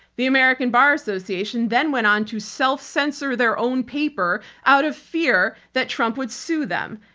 the american bar association then went on to self censor their own paper out of fear that trump would sue them.